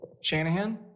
Shanahan